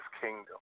kingdom